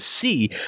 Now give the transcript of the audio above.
see